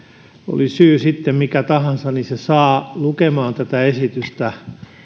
oli syy sitten mikä tahansa niin se saa lukemaan esitystä